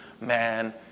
man